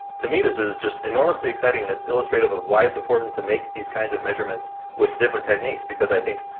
to me, this is just enormously exciting, and it's illustrative of why it's important to make these kinds of measurements with different techniques because i think,